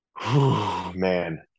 Man